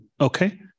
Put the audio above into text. Okay